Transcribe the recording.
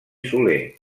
soler